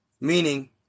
Meaning